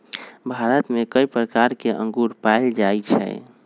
भारत में कई प्रकार के अंगूर पाएल जाई छई